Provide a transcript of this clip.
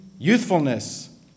youthfulness